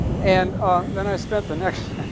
and then i spent the next.